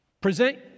present